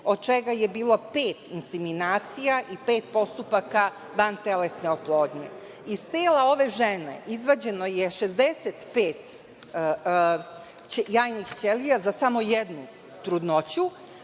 od čega je bilo pet inseminacija i pet postupaka vantelesne oplodnje. Iz tela ove žene izvađeno je 65 jajnih ćelija za samo jednu trudnoću.